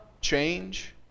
change